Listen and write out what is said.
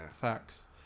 Facts